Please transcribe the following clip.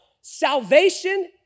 salvation